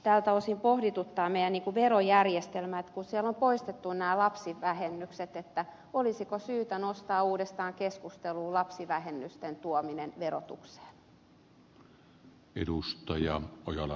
tältä osin pohdituttaa meidän verojärjestelmä että kun siellä on poistettu nämä lapsivähennykset niin olisiko syytä nostaa uudestaan keskusteluun lapsivähennysten tuominen verotukseen